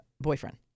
boyfriend